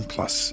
Plus